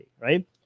right